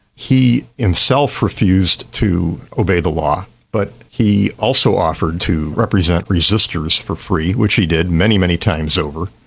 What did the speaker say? he himself refused to obey the law, but he also offered to represent resisters for free, which he did, many, many times over,